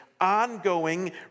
ongoing